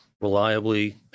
reliably